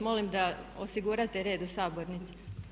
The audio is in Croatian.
Molim da osigurate red u sabornici.